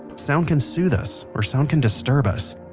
sound can soothe us or sound can disturb us,